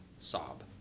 sob